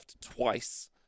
twice